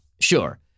Sure